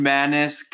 Madness